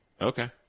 Okay